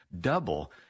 double